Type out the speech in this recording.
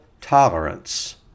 tolerance